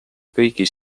kõigi